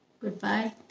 Goodbye